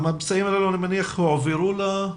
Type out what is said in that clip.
הממצאים האלה הועברו לרשויות?